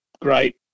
great